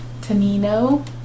Tanino